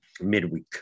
midweek